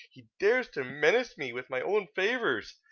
he dares to menace me with my own favours,